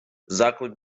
заклик